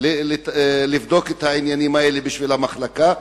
ולבדוק את העניינים האלה בשביל המחלקה,